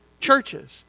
churches